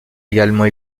également